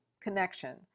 Connection